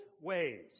ways